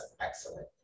excellent